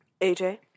AJ